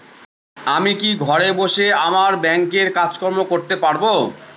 আমি কি ঘরে বসে আমার ব্যাংকের কাজকর্ম করতে পারব?